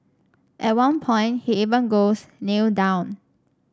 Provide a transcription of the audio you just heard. at one point he even goes Kneel down